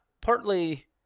partly